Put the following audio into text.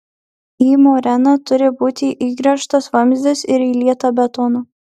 į moreną turi būti įgręžtas vamzdis ir įlieta betono